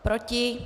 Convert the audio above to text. Proti?